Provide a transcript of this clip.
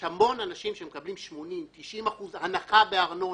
יש המון אנשים שמקבלים 80%-90% הנחה בארנונה,